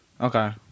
Okay